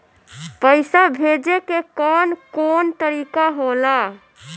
पइसा भेजे के कौन कोन तरीका होला?